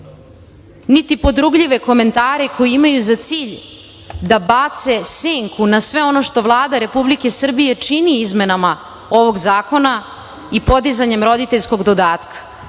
niti podrugljive komentare koji imaju za cilj da bace senku na sve ono što Vlada Republike Srbije čini izmenama ovog zakona i podizanjem roditeljskog dodatka.